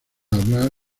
hablar